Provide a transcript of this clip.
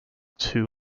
two